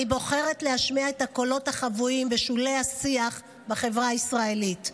אני בוחרת להשמיע את הקולות החבויים בשולי השיח בחברה הישראלית,